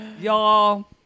Y'all